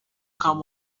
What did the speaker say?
come